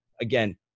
Again